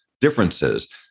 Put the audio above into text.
differences